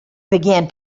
began